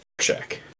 check